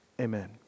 amen